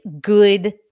good